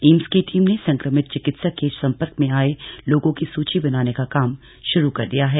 AIIMS की team ने संक्रमित चिकित्सक के संपर्क में आए लोगों की सूची बनाने का कार्य शुरू कर दिया है